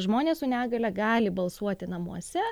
žmonės su negalia gali balsuoti namuose